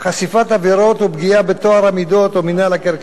עבירות ופגיעה בטוהר המידות או במינהל התקין),